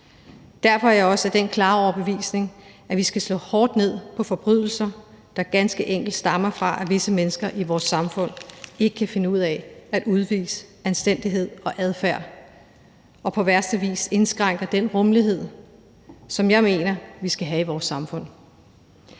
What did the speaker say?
Derfor er jeg også af den klare overbevisning, at vi skal slå hårdt ned i forbindelse med forbrydelser, der ganske enkelt stammer fra, at visse mennesker i vores samfund ikke kan finde ud af at udvise anstændighed og ordentlig adfærd og på værste vis indskrænker den rummelighed, som jeg mener vi skal have i vores samfund.